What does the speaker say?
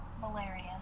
Malaria